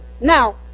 Now